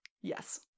Yes